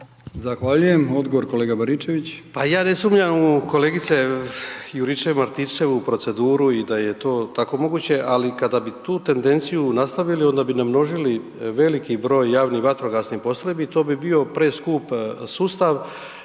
Zahvaljujem. Odgovor kolega Baričević.